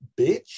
bitch